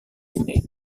guinée